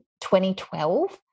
2012